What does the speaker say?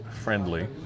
friendly